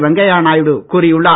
வெங்கையா நாயுடு கூறியுள்ளார்